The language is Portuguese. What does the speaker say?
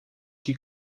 que